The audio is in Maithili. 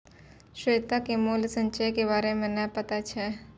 श्वेता के मूल्य संचय के बारे मे नै पता छै